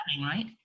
right